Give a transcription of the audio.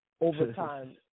overtime